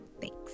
thanks